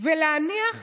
ולהניח